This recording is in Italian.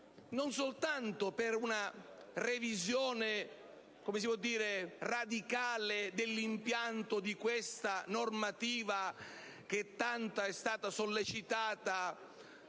lo spazio per una revisione radicale dell'impianto di questa normativa che tanto è stata sollecitata